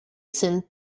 sind